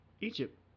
Egypt